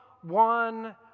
one